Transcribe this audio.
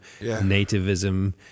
nativism